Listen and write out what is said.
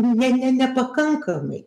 ne ne nepakankamai